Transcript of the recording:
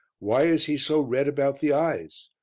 why is he so red about the eyes?